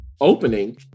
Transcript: opening